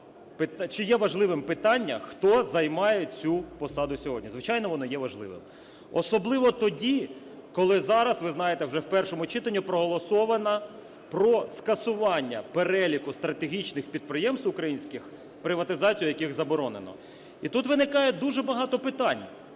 чи є важливим питання, хто займає цю посаду сьогодні? Звичайно, воно є важливим. Особливо тоді, коли зараз, ви знаєте, вже в першому читанні проголосовано про скасування переліку стратегічних підприємств українських, приватизацію яких заборонено. І тут виникає дуже багато питань.